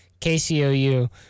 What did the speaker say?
KCOU